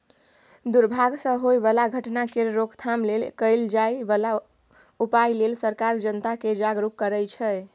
दुर्भाग सँ होए बला घटना केर रोकथाम लेल कएल जाए बला उपाए लेल सरकार जनता केँ जागरुक करै छै